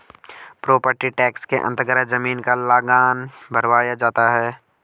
property tax के अन्तर्गत जमीन का लगान भरवाया जाता है